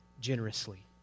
generously